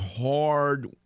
hard